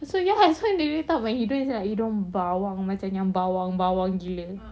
so ya lah you tahu when hidung bawang macam bawang bawang gila